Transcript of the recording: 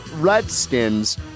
Redskins